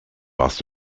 warst